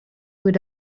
would